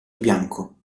bianco